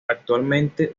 actualmente